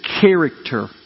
character